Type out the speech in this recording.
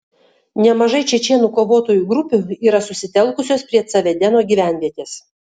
nemažai čečėnų kovotojų grupių yra susitelkusios prie ca vedeno gyvenvietės